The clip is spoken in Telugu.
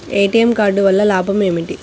ఏ.టీ.ఎం కార్డు వల్ల లాభం ఏమిటి?